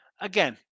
again